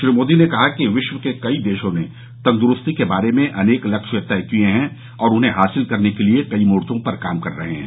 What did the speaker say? श्री मोदी ने कहा कि विश्व के कई देशों ने तंद्रूस्ती के बारे में अनेक लक्ष्य तय किए हैं और उन्हें हासिल करने लिए कई मोर्चो पर काम कर रहे हैं